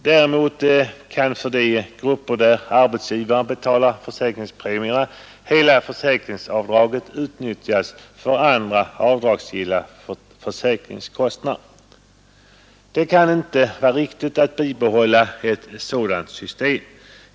Däremot kan de grupper för vilka arbetsgivaren betalar försäkringspremierna utnyttja hela försäkringsavdraget för andra avdragsgilla försäkringskostnader. Det kan inte vara riktigt att bibehålla ett sådant system.